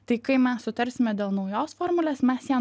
tai kai mes sutarsime dėl naujos formulės mes ją